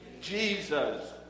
Jesus